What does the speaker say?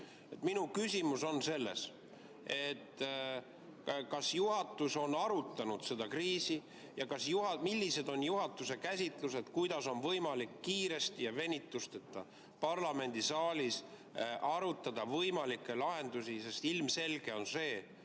Minu küsimus on selline: kas juhatus on arutanud seda kriisi ja millised on juhatuse käsitlused, kuidas on võimalik kiiresti ja venitusteta parlamendisaalis arutada võimalikke lahendusi? On ilmselge,